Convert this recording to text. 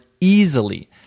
easily